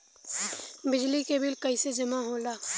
बिजली के बिल कैसे जमा होला?